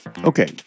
Okay